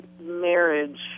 marriage